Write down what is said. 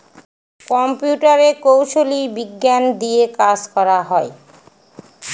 কম্পিউটারের প্রকৌশলী বিজ্ঞান দিয়ে কাজ করা হয়